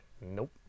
nope